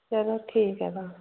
चलो ठीक ऐ तां